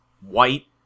white